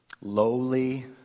lowly